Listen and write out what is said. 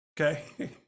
Okay